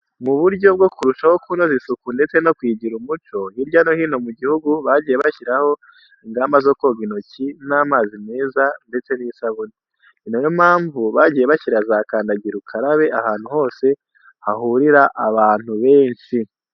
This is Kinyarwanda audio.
Mu buryo bwo kurushaho kunoza isuku ndetse no kuyigira umuco, hirya no hino mu gihugu bagiye bashyiraho ingamba zo koga intoki n'amazi meza ndetse n'isabune. Ni na yo mpamvu bagiye bashyira za kandagira ukarabe ahantu hose hahurira abantu benshi.